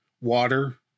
water